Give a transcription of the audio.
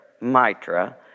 mitra